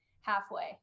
halfway